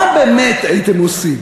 מה באמת הייתם עושים